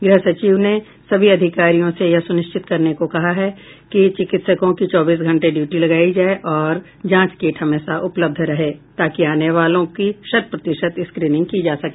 गृह सचिव ने सभी अधिकारियों से यह सुनिश्चित करने को कहा कि चिकित्सकों की चौबीस घंटे ड्यूटी लगाई जाए और जांच किट हमेशा उपलब्ध रहें ताकि आने वालों की शत प्रतिशत स्क्रीनिंग की जा सके